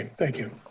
thank you.